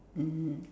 mmhmm